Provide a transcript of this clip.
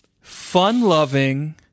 fun-loving